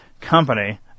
company